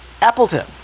Appleton